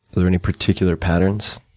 are there any particular patterns?